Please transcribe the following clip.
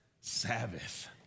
Sabbath